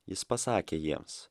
jis pasakė jiems